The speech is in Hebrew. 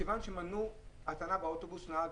מכיוון שמנעו הטענה באוטובוס על ידי הנהג,